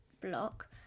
block